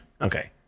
Okay